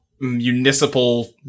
municipal